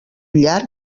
llarg